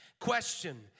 Question